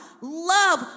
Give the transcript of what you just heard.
Love